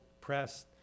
press